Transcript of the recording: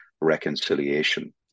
reconciliation